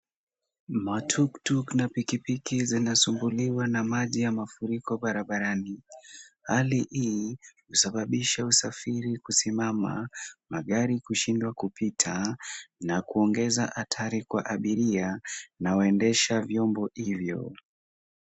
Matuktuk na pikipiki zinasumbuliwa na maji ya mafuriko barabarani. Hali hii husababisha usafiri kusimama, magari kushindwa kupita na kuongeza hatari kwa abiria na waendesha vyombo hivyo.